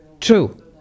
True